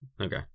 okay